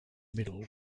middle